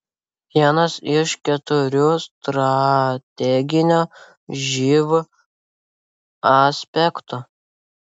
vienas iš keturių strateginio živ aspektų